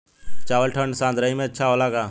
चावल ठंढ सह्याद्री में अच्छा होला का?